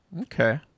Okay